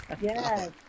Yes